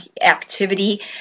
activity